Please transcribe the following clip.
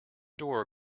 door